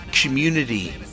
community